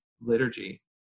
liturgy